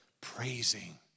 Praising